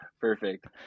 Perfect